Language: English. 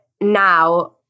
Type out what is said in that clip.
now